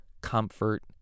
comfort